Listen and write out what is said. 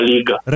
Liga